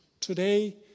today